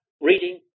reading